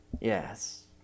yes